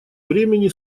времени